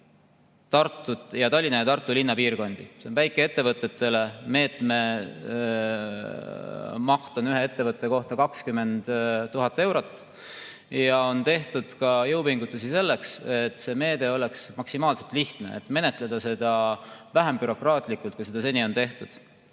Tallinna ja Tartu linnapiirkondi. See on väikeettevõtetele. Meetme maht on ühe ettevõtte kohta 20 000 eurot. On tehtud ka jõupingutusi selleks, et see meede oleks maksimaalselt lihtne ja et seda saaks menetleda vähem bürokraatlikult, kui seda seni on tehtud.